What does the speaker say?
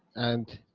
and,